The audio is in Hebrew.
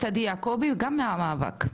בבקשה, עדי יעקבי מהמאבק.